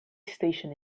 station